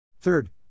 Third